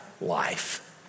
life